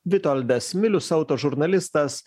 vitoldas milius auto žurnalistas